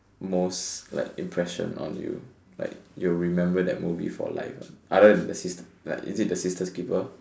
most like impression on you like you will remember that movie for life one other than the sister like is it the sister's keeper